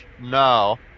No